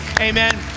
Amen